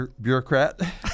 bureaucrat